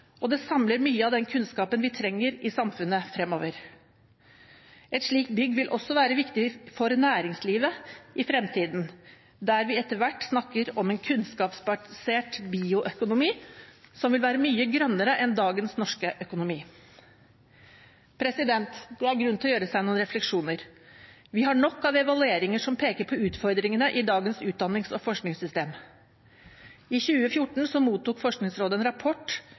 og det samler mye av den kunnskapen vi trenger i samfunnet fremover. Et slikt bygg vil også være viktig for næringslivet i fremtiden, der vi etter hvert snakker om en kunnskapsbasert bioøkonomi, som vil være mye grønnere enn dagens norske økonomi. Det er grunn til å gjøre seg noen refleksjoner. Vi har nok av evalueringer som peker på utfordringene i dagens utdannings- og forskningssystem. I 2014 mottok Forskningsrådet en rapport,